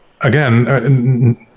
again